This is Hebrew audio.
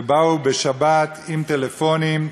באו בשבת עם טלפונים,